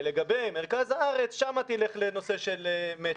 ולגבי מרכז הארץ שם תלך לנושא של מצ'ינג.